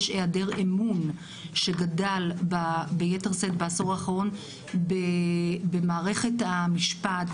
יש העדר אמון שגדל ביתר שאת בעשור האחרון במערכת המשפט,